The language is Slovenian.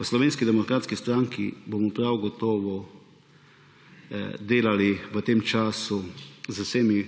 V Slovenski demokratski stranki bomo prav gotovo delali v tem času z vsemi